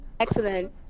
Excellent